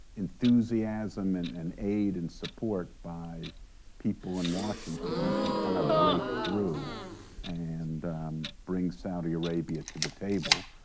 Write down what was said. enthusiasm and and aid and support by people in washington we can kind of break through and bring saudi arabia to the table,